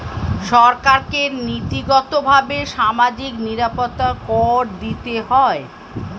সরকারকে নীতিগতভাবে সামাজিক নিরাপত্তা কর দিতে হয়